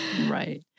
Right